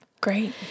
Great